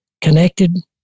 connected